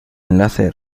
enlace